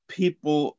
people